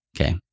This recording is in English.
Okay